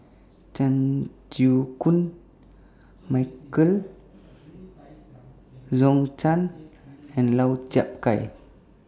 Chan Chew Koon Michael Zhou Can and Lau Chiap Khai